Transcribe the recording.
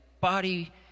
body